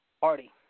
Party